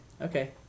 Okay